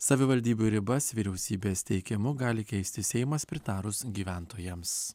savivaldybių ribas vyriausybės teikimu gali keisti seimas pritarus gyventojams